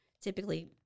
typically